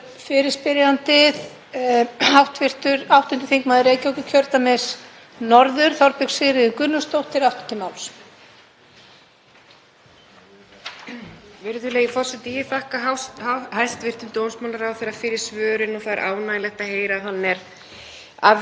Virðulegur forseti. Ég þakka hæstv. dómsmálaráðherra fyrir svörin og ánægjulegt að heyra að hann er allur af vilja gerður. Ég vil hins vegar kannski aðeins vara við því að fara enn eina ferðina af stað með það að greina stöðu. Við vitum hver staðan er.